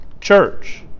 church